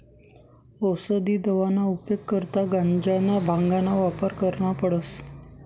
औसदी दवाना उपेग करता गांजाना, भांगना वापर करना पडस